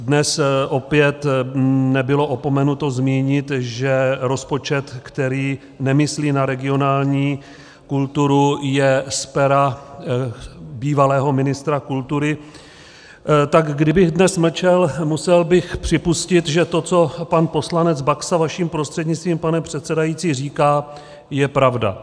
Dnes opět nebylo opominuto zmínit, že rozpočet, který nemyslí na regionální kulturu, je z pera bývalého ministra kultury, tak kdybych dnes mlčel, musel bych připustit, že to, co pan poslanec Baxa vaším prostřednictvím, pane předsedající, říká, je pravda.